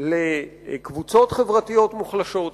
לקבוצות חברתיות מוחלשות.